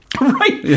Right